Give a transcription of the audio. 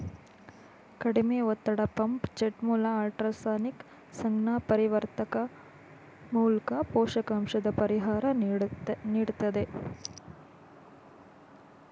ಕಡಿಮೆ ಒತ್ತಡ ಪಂಪ್ ಜೆಟ್ಮೂಲ್ಕ ಅಲ್ಟ್ರಾಸಾನಿಕ್ ಸಂಜ್ಞಾಪರಿವರ್ತಕ ಮೂಲ್ಕ ಪೋಷಕಾಂಶದ ಪರಿಹಾರ ನೀಡ್ತದೆ